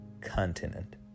continent